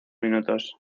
minutos